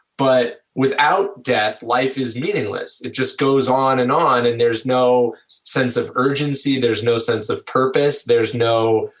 but without death life is meaningless. it just goes on and on and there is no sense of urgency, there is no sense of purpose, there is no,